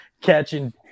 catching